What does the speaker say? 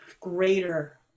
greater